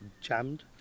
jammed